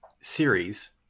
series